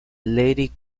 lady